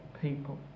people